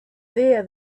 there